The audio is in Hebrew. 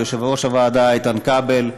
ליושב-ראש הוועדה איתן כבל,